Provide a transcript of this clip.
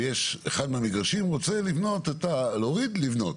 ובאחד המגרשים רוצה להוריד ולבנות,